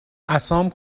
عصام